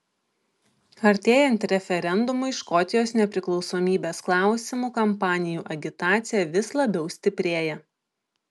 artėjant referendumui škotijos nepriklausomybės klausimu kampanijų agitacija vis labiau stiprėja